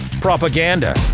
propaganda